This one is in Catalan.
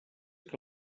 que